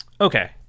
Okay